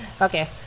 Okay